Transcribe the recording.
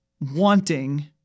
wanting